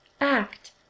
Act